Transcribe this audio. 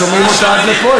שומעים אותה עד פה,